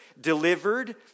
delivered